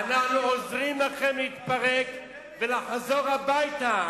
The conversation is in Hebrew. להתפרק ולחזור הביתה.